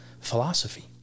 philosophy